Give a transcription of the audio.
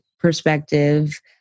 perspective